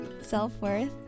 self-worth